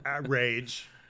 rage